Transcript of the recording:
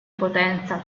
potenza